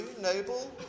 noble